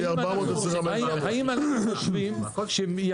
זה יהיה 425. האם אנחנו חושבים שיכול